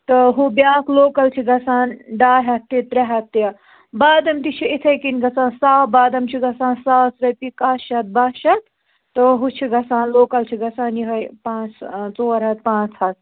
تہٕ ہُہ بیٛاکھ لوکَل چھِ گژھان ڈاے ہَتھ تہٕ ترٛےٚ ہَتھ تہِ بادَم تہِ چھِ یِتھٕے کٔنۍ گژھان صاف بادَم چھُ گژھان ساس رۄپیہِ کاہ شَتھ باہ شَتھ تہٕ ہُہ چھُ گژھان لوکَل چھُ گژھان یوٚہَے پانٛژھ ژور ہَتھ پانٛژھ ہَتھ